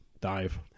Dive